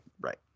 right